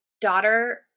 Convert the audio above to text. daughter